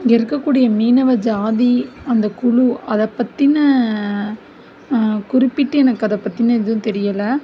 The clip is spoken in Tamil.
இங்கே இருக்கக்கூடிய மீனவர் ஜாதி அந்த குழு அதைப் பற்றின குறிப்பிட்டு எனக்கு அதைப் பற்றின எதுவும் தெரியலை